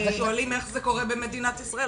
אנחנו שואלים איך זה קורה במדינת ישראל?